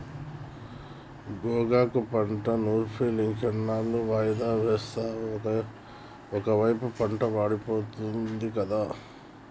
గోగాకు పంట నూర్పులింకెన్నాళ్ళు వాయిదా వేస్తావు ఒకైపు పంటలు వాడిపోతుంది గదా